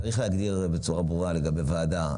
צריך להגדיר בצורה ברורה לגבי העניין של הוועדה,